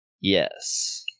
Yes